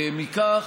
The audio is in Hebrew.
מכך